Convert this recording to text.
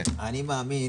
אני מאמין